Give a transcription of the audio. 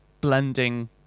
blending